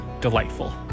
delightful